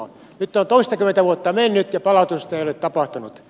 nyt on toistakymmentä vuotta mennyt ja palautusta ei ole tapahtunut